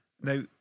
Now